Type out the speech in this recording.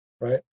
Right